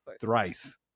Thrice